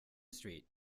street